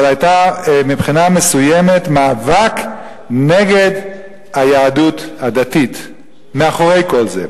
אבל היה מבחינה מסוימת מאבק נגד היהדות הדתית מאחורי כל זה.